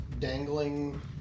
dangling